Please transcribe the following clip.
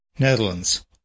Netherlands